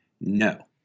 No